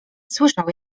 słyszał